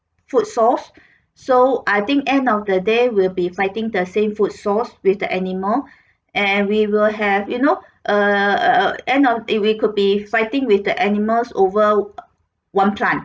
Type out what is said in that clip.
food source so I think end of the day will be fighting the same food source with the animal and we will have you know err err end of we could be fighting with the animals over one plant